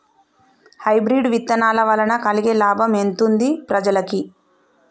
Hybrid విత్తనాల వలన కలిగే లాభం ఎంతుంది ప్రజలకి?